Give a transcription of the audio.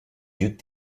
duc